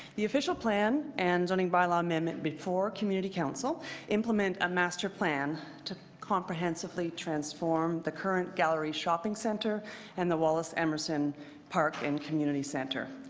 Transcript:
the official plan and zoning bylaw amendment before community council implement a master plan to comprehensively transform the current gallery shopping centre and the wallace emmerson park and community center.